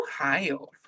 Ohio